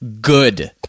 good